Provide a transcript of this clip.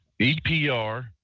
EPR